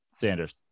Sanders